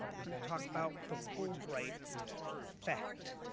we're going to talk about the fulbright effect.